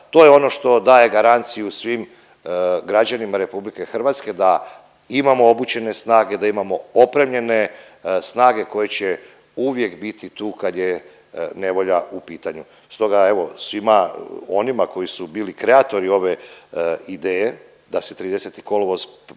to je ono što daje garanciju svim građanima RH da imamo obučene snage, da imamo opremljene snage koje će uvijek biti tu kad je nevolja u pitanju. Stoga evo svima onima koji su bili kreatori ove ideje da se 30. kolovoz